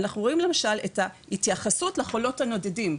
אנחנו רואים למשל את ההתייחסות לחולות הנודדים.